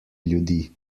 ljudi